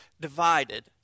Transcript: divided